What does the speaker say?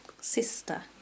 Sister